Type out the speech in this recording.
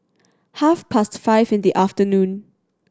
half past five in the afternoon